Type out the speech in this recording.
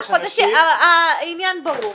העניין ברור.